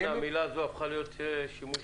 המילה הזאת הפכה להיות שימושית.